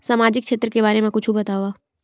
सामाजिक क्षेत्र के बारे मा कुछु बतावव?